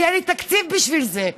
כי אין לי תקציב בשביל זה.